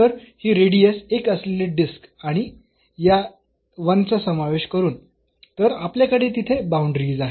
तर ही रेडियस एक असलेली डिस्क आणि या 1 चा समावेश करून तर आपल्याकडे तिथे बाऊंडरीज आहेत